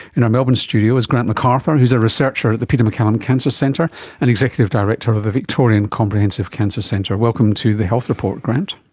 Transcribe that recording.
in our melbourne studio is grant mcarthur who is a researcher at the peter maccallum cancer centre and executive director of the victorian comprehensive cancer centre. welcome to the health report grant.